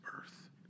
earth